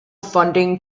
funding